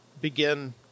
begin